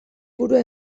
burua